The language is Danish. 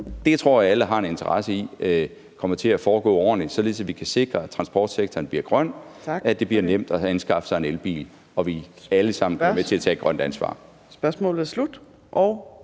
Det tror jeg alle har en interesse i kommer til at foregå ordentligt, således at vi kan sikre, at transportsektoren bliver grøn, og at det bliver nemt at anskaffe sig en elbil, og at vi alle sammen er med til at tage et grønt ansvar.